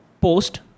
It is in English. post